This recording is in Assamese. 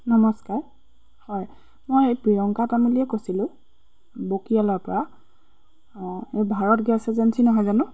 নমস্কাৰ হয় মই এই প্ৰিয়ংকা তামুলিয়ে কৈছিলোঁ বকীয়ালৰ পৰা অঁ এই ভাৰত গেছ এজেঞ্চি নহয় জানো